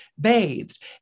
bathed